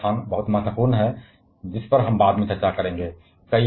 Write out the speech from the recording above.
यह खाली स्थान बहुत महत्वपूर्ण है जिस पर हम बाद में चर्चा करेंगे